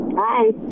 Hi